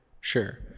Sure